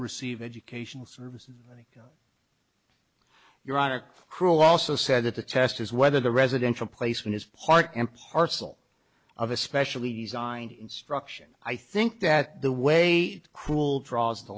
receive educational services i think you're on a cruel also said that the test is whether the residential placement is part and parcel of a specially designed instruction i think that the way cruel draws the